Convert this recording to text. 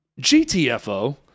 GTFO